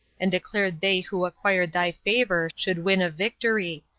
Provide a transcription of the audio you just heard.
and declared they who acquired thy favor should win a victory.